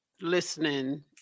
listening